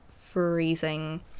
freezing